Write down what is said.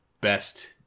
best